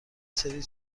سری